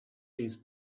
these